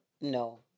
No